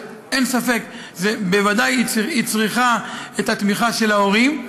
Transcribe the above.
אין ספק, היא בוודאי צריכה את התמיכה של ההורים.